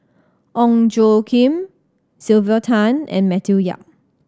Ong Tjoe Kim Sylvia Tan and Matthew Yap